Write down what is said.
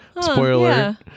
Spoiler